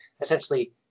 essentially